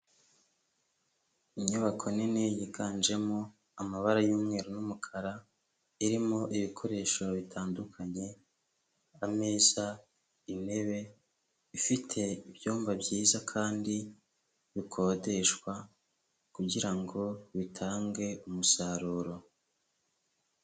Inyubako nini yiganjemo amabara y'umweru n'umukara, irimo ibikoresho bitandukanye, ameza, intebe. Ifite ibyumba byiza kandi bikodeshwa, kugira ngo bitange umusaruro.